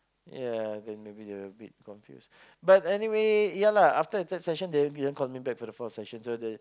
yeah then maybe they a bit confused but anyway yeah lah after the third session they won't be coming back for the fourth session so the